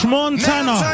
Montana